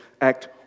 act